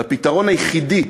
לפתרון היחידי